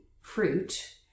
fruit